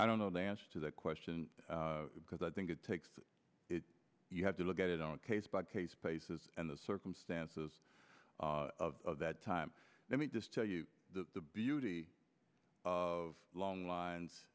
i don't know the answer to that question because i think it takes it you have to look at it on a case by case basis and the circumstances of that time let me just tell you the beauty of long lines